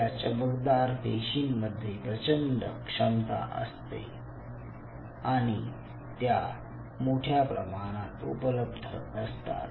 या चमकदार पेशींमध्ये प्रचंड क्षमता असते आणि त्या मोठ्या प्रमाणात उपलब्ध असतात